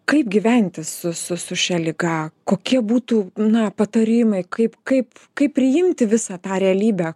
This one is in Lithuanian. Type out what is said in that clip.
kaip gyventi su su su šia liga kokie būtų na patarimai kaip kaip kaip priimti visą tą realybę